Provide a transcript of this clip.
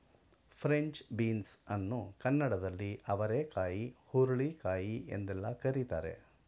French beans ಅನ್ನು ಕನ್ನಡದಲ್ಲಿ ಅವರೆಕಾಯಿ ಹುರುಳಿಕಾಯಿ ಎಂದೆಲ್ಲ ಕರಿತಾರೆ